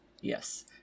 yes